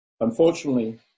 Unfortunately